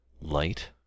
light